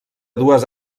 dues